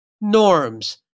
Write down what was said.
norms